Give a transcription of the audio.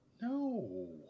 No